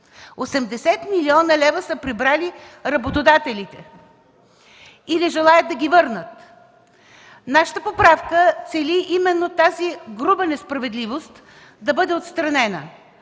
милиона лева са прибрали работодателите и не желаят да ги върнат! Нашата поправка цели именно тази груба несправедливост да бъде отстранена.